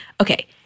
Okay